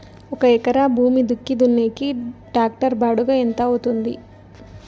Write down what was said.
ఒక ఎకరా భూమి దుక్కి దున్నేకి టాక్టర్ బాడుగ ఎంత అవుతుంది?